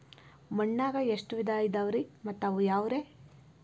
ಮಣ್ಣಾಗ ಎಷ್ಟ ವಿಧ ಇದಾವ್ರಿ ಮತ್ತ ಅವು ಯಾವ್ರೇ?